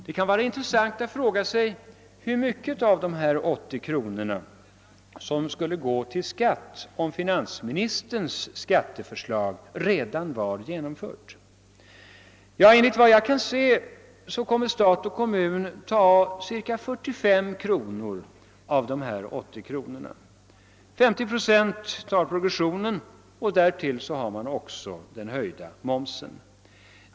Det kunde vara intressant att fråga sig hur mycket av dessa 80 kronor som skulle gå till skatt om finansministerns skatteförslag redan vore genomfört. Enligt vad jag kan se kommer stat och kommun att ta cirka 45 kronor av dessa 80 kronor. 50 procent tar progressionen, och därtill har man också den höjda momsen.